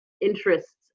interests